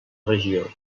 regió